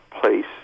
place